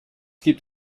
gibt